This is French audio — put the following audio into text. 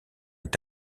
est